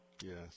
Yes